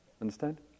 Understand